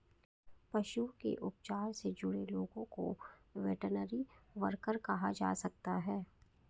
पशुओं के उपचार से जुड़े लोगों को वेटरनरी वर्कर कहा जा सकता है